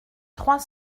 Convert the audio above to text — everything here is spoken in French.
trois